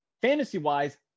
Fantasy-wise